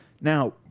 Now